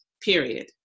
period